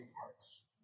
parts